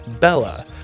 Bella